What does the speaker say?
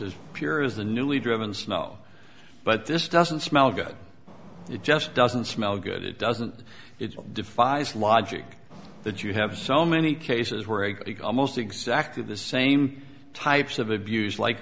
as pure as the newly driven snow but this doesn't smell good it just doesn't smell good it doesn't it defies logic that you have so many cases where it almost exactly the same types of abuse like